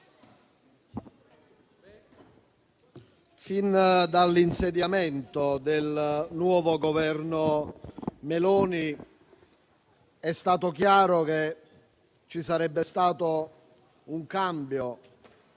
fin dall'insediamento del Governo Meloni è stato chiaro che ci sarebbe stato un cambio